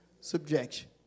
subjection